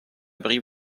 brive